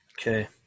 Okay